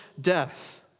death